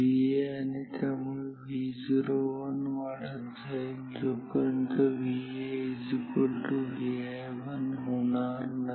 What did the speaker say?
VA आणि त्यामुळे Vo1 वाढत जाईल जोपर्यंत VAVi1 होणार नाही